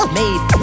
made